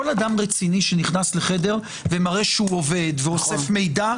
כל אדם רציני שנכנס לחדר ומראה שהוא עובד ואוסף מידע,